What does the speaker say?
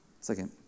Second